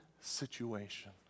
situation